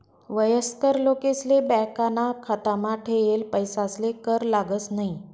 वयस्कर लोकेसले बॅकाना खातामा ठेयेल पैसासले कर लागस न्हयी